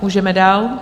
Můžeme dál.